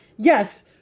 Yes